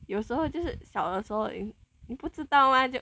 有时候就是小的时候你不知道 [one]